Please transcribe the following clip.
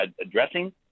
addressing